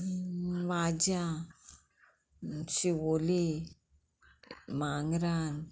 वाज्यां Siolim मांगरान